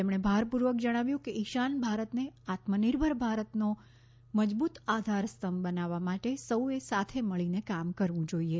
તેમણે ભારપૂર્વક જણાવ્યું કે ઈશાન ભારતને આત્મનિર્ભર ભારતનો મજબૂત આધારસ્તંભ બનાવવા માટે સૌએ સાથે મળીને કામ કરવું જોઈએ